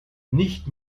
nicht